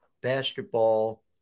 basketball